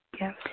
Yes